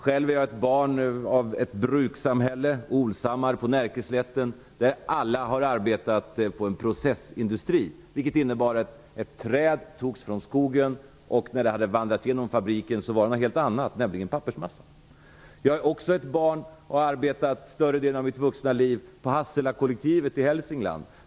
Själv är jag barn av ett brukssamhälle, Olshammar på Närkeslätten, där alla arbetade i en processindustri, vilket innebar att när ett träd som hade tagits från skogen hade vandrat genom fabriken så blev det en helt annan produkt, nämligen pappersmassa. Jag är också ett barn av Hasselakollektivet i Hälsingland där jag har arbetat under större delen av mitt vuxna liv.